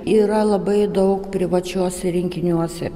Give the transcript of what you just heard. yra labai daug privačiuose rinkiniuose